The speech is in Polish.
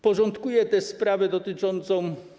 Porządkuje też sprawę dotyczącą.